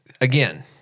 Again